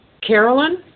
Carolyn